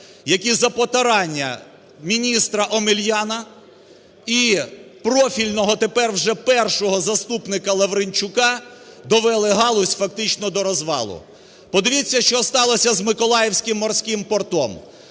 які за потурання міністра Омеляна і профільного тепер вже першого заступника Лавринчука, довели галузь фактично до розвалу. Подивіться, що сталося з Миколаївським морським портом.